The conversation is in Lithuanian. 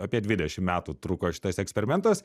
apie dvidešim metų truko šitas eksperimentas